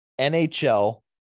NHL